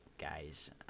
guys